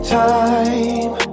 time